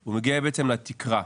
הוא מגיע בעצם לתקרה,